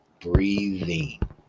breathing